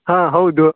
ಹಾಂ ಹೌದು